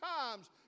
times